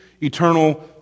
eternal